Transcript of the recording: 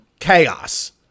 Chaos